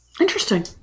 Interesting